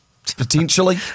Potentially